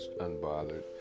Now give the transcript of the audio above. unbothered